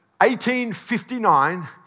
1859